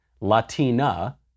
Latina